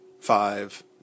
five